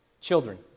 children